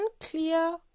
unclear